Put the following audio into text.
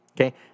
Okay